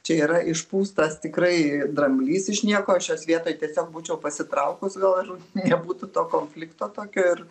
čia yra išpūstas tikrai dramblys iš nieko aš jos vietoj tiesiog būčiau pasitraukus gal ir nebūtų to konflikto tokio ir